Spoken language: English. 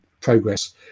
progress